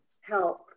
help